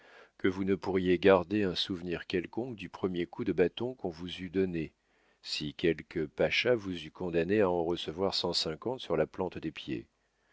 que vous ne pourriez garder un souvenir quelconque du premier coup de bâton qu'on vous eût donné si quelque pacha vous eût condamnée à en recevoir cent cinquante sur la plante des pieds